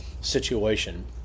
situation